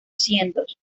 cientos